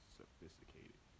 sophisticated